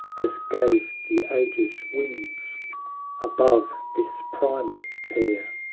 as gave the ages wings above this primal pair!